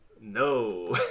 No